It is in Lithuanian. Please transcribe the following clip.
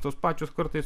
tos pačios kartais